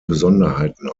besonderheiten